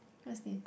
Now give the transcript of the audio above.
what's this